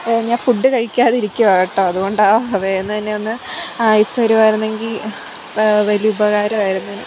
ഞാൻ ഫുഡ് കഴിക്കാതിരിക്കുകയാണ് കേട്ടോ അതുകൊണ്ടാണ് വേഗം തന്നെ ഒന്ന് അയച്ചു തരികയായിരുന്നെങ്കിൽ വലിയ ഉപകാരമായിരുന്നേനെ